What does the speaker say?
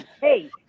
hey